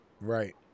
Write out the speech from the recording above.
Right